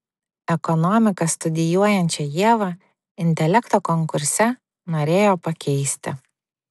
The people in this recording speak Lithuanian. ekonomiką studijuojančią ievą intelekto konkurse norėjo pakeisti